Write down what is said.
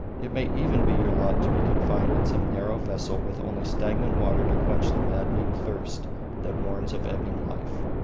it may even be your lot to be confined in some narrow vessel with only stagnant water to quench the maddening thirst that warns of ebbing life.